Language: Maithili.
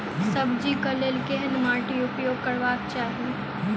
सब्जी कऽ लेल केहन माटि उपयोग करबाक चाहि?